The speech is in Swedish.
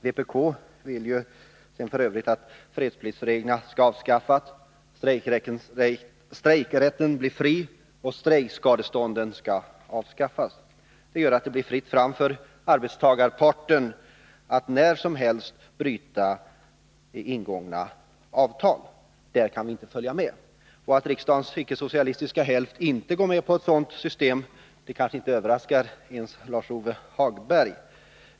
Vpk vill f. ö. att fredspliktsreglerna skall avskaffas, att strejkrätten skall bli fri och att strejkskadestånden skall avskaffas. Detta skulle innebära att det skulle bli fritt fram för arbetstagarparten att när som helst bryta ingångna avtal, och det kan vi inte gå med på. Att riksdagens icke-socialistiska hälft inte går med på ett sådant system kanske inte överraskar ens Lars-Ove Hagberg.